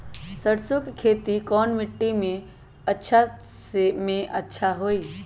सरसो के खेती कौन मिट्टी मे अच्छा मे जादा अच्छा होइ?